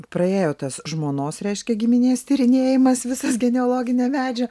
praėjo tas žmonos reiškia giminės tyrinėjimas visas genealoginio medžio